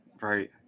Right